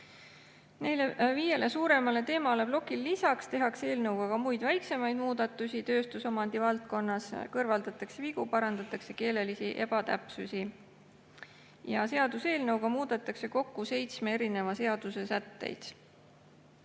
Neile viiele suuremale teemaplokile lisaks tehakse eelnõuga muid väiksemaid muudatusi tööstusomandi valdkonnas, kõrvaldatakse vigu, parandatakse keelelisi ebatäpsusi. Seaduseelnõuga muudetakse kokku seitsme seaduse sätteid